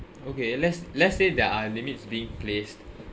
okay let's let's say there are limits being placed